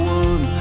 one